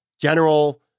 general